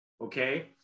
okay